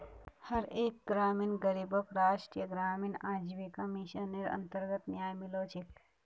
हर एक ग्रामीण गरीबक राष्ट्रीय ग्रामीण आजीविका मिशनेर अन्तर्गत न्याय मिलो छेक